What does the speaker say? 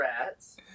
Rats